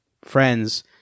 Friends